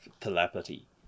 telepathy